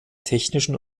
technischen